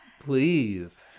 Please